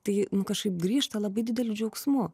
tai kažkaip grįžta labai dideliu džiaugsmu